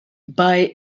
bei